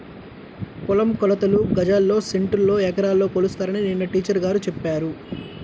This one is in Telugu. పొలం కొలతలు గజాల్లో, సెంటుల్లో, ఎకరాల్లో కొలుస్తారని నిన్న టీచర్ గారు చెప్పారు